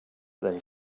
they